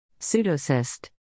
pseudocyst